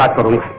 like bhola